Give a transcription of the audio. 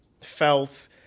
felt